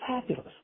fabulous